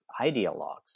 ideologues